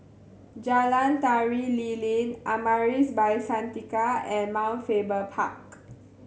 Jalan Tari Lilin Amaris By Santika and Mount Faber Park